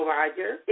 Roger